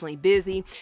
Busy